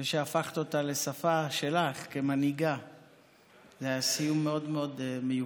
וזה שהפכת אותה לשפה שלך כמנהיגה זה היה סיום מאוד מאוד מיוחד.